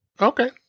Okay